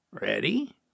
Ready